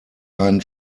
ein